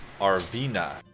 Arvina